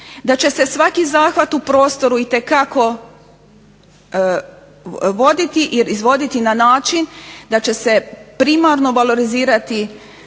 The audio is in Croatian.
da će se svaki zahvat u prostoru itekako voditi, izvoditi na način da će se primarno valorizirati